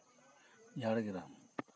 Jhargram